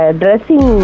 dressing